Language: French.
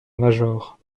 major